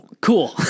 cool